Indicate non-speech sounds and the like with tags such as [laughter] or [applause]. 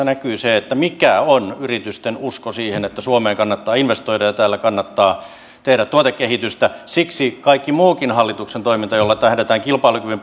[unintelligible] näkyy se mikä on yritysten usko siihen että suomeen kannattaa investoida ja täällä kannattaa tehdä tuotekehitystä siksi kaikki muutkin hallituksen toimet joilla tähdätään kilpailukyvyn [unintelligible]